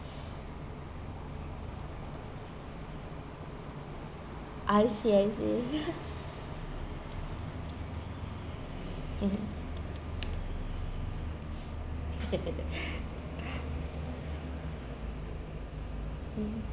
I see I see mm mmhmm